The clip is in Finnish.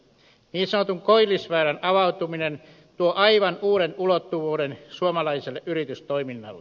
niin sanotun koillisväylän avautuminen tuo aivan uuden ulottuvuuden suomalaiselle yritystoiminnalle